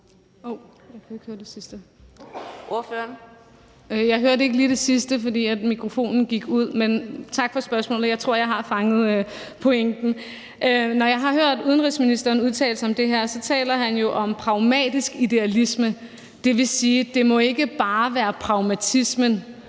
Jeg hørte ikke lige det sidste, fordi mikrofonen gik ud. Men tak for spørgsmålet. Jeg tror, jeg har fanget pointen. Når jeg har hørt udenrigsministeren udtale sig om det her, taler han jo om pragmatisk idealisme, og det vil sige, at det ikke bare må være pragmatismen,